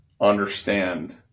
understand